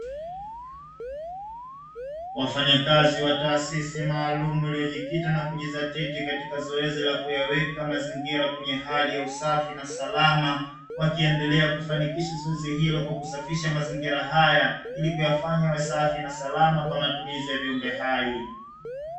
Wafanyakazi wa taasisi maalumu iliyojikita na kujizatiti katika zoezi la kuweka mazingira kwenye hali ya usafi na salama, wakiendelea kufanikisha zoezi hilo kwa kusafisha mazingira haya ili kuyafanya safi na salama kwa matumizi ya viumbe hai.